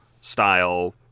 style